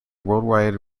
worldwide